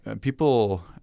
people